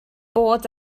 bod